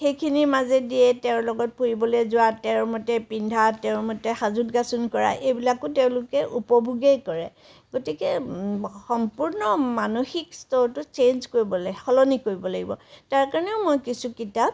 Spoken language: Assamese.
সেইখিনিৰ মাজেদিয়ে তেওঁৰ লগত ফুৰিবলৈ যোৱা তেওঁৰ মতে পিন্ধা তেওঁৰ মতে সাজোন কাচোন কৰা এইবিলাকো তেওঁলোকে উপভোগেই কৰে গতিকে সম্পূৰ্ণ মানসিক স্তৰটো চেঞ্জ কৰিবলৈ সলনি কৰিব লাগিব তাৰকাৰণেও মই কিছু কিতাপ